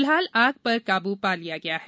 फिलहाल आग पर काबू पा लिया गया है